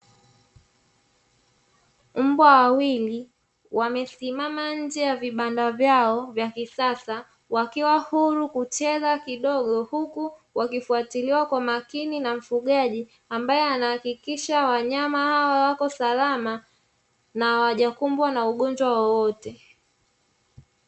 Mbwa wawili wamesimama nje ya vibanda vyao vya kisasa wakiwa huru kucheza kidogo, huku wakifuatiliwa kwa makini na mfugaji ambaye anahakikisha wanyama hawa wako salama na hawajakumbwa na ugonjwa wowote.